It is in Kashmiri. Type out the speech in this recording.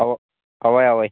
اَوٕ اَوَے اَوَے